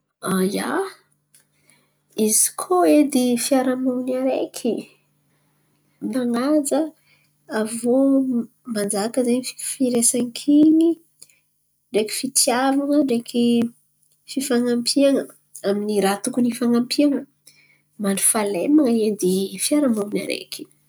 Ia, izy koa edy fiaramonin̈y areky, nan̈aja, avô manjaka izen̈y fi- firaisankiny, ndreky fitiavan̈a, ndreky fifanampian̈a amy ny raha tokony hifampian̈a. Mandry fahaleman̈a edy fiaraha-monin̈y areky.